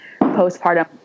postpartum